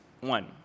one